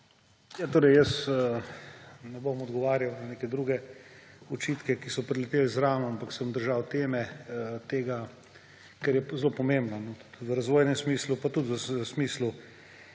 VIZJAK:** Jaz ne bom odgovarjal na neke druge očitke, ki so prileteli zraven, ampak se bom držal teme, ker je zelo pomembna, tudi v razvojnem smislu pa tudi v smislu